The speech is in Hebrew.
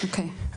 אוקיי.